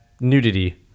nudity